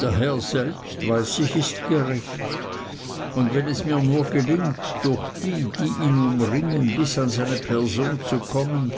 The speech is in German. der herr selbst weiß ich ist gerecht und wenn es mir nur gelingt durch die die ihn umringen bis an seine person zu kommen